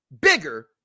bigger